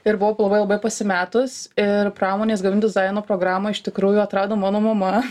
ir buvau labai labai pasimetus ir pramonės gaminių dizaino programą iš tikrųjų atrado mano mama